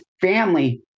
family